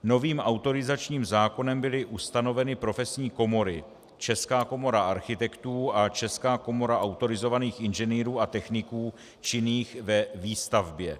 Novým autorizačním zákonem byly ustanoveny profesní komory Česká komora architektů a Česká komora autorizovaných inženýrů a techniků činných ve výstavbě.